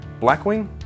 Blackwing